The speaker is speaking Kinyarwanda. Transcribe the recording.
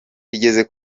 igeze